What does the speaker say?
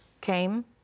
came